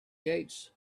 gates